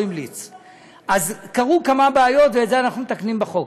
כמה מכתבים,